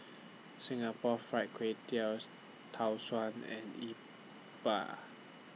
Singapore Fried Kway Tiao Tau Suan and Yi Bua